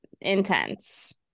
intense